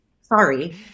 sorry